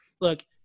look